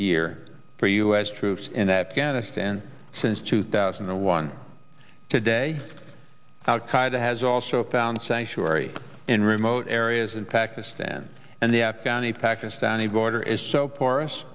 year for u s troops in afghanistan since two thousand and one today al qaeda has also found sanctuary in remote areas in pakistan and the afghani pakistani border is so porous